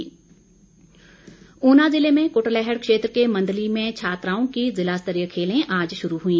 वीरेन्द्र कंवर ऊना ज़िले में कुटलैहड़ क्षेत्र के मंदली में छात्राओं की ज़िलास्तरीय खेलें आज शुरू हुई